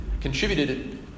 contributed